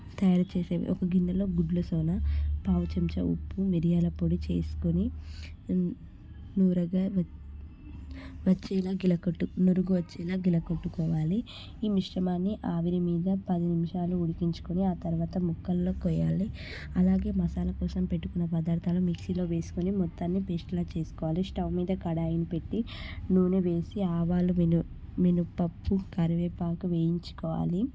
తయారు చేసేది ఒక గిన్నెలో గుడ్లు సోనా పావు చెంచా ఉప్పు మిరియాల పొడి చేసుకుని నురుగ వచ్చేలా గిలకట్టుకొని నురుగు వచ్చేలా గిల కొట్టుకోవాలి ఈ మిశ్రమాన్ని ఆవిరి మీద పది నిమిషాలు ఉడికించుకుని ఆ తర్వాత ముక్కలు కోయాలి అలాగే మసాలా కోసం పెట్టుకున్న పదార్థాలు మిక్సీలో వేసుకుని మొత్తాన్ని పేస్ట్లా చేసుకోవాలి స్టవ్ మీద కడాయి పెట్టి నూనె వేసి ఆవాలు మిను మినప్పప్పు కరివేపాకు వేయించుకోవాలి